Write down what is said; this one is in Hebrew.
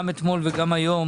גם אתמול וגם היום